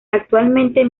actualmente